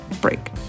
break